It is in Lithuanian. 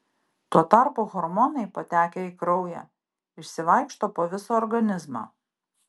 tuo tarpu hormonai patekę į kraują išsivaikšto po visą organizmą